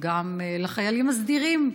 וגם לחיילים הסדירים,